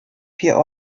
vier